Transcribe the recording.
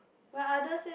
but others eh